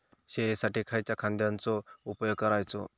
शेळीसाठी खयच्या खाद्यांचो उपयोग करायचो?